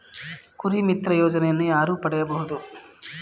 ಕುರಿಮಿತ್ರ ಯೋಜನೆಯನ್ನು ಯಾರು ಪಡೆಯಬಹುದು?